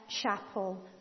chapel